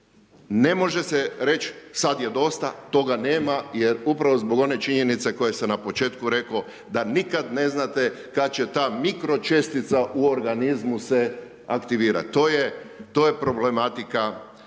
ne može se reći, sad je dosta, toga nema, jer upravo zbog one činjenice koju sam na početku rekao, da nikada ne znate kada će ta mikročestica u organizmu se aktivirati. To je problematika